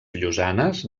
llosanes